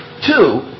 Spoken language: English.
Two